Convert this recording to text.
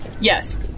Yes